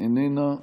איננה,